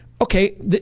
Okay